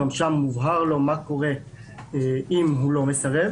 גם שם מובהר לו מה קורה אם הוא מסרב,